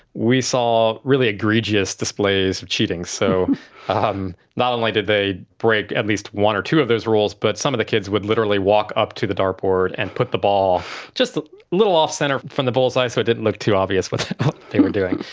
we saw really egregious displays of cheating. so um not only did they break at least one or two of those rules, but some of the kids would literally walk up to the dart board and put the ball just a little off centre from the bull's-eye so it didn't look too obvious what they were doing.